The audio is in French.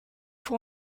pour